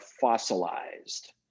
fossilized